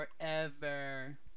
forever